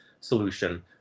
solution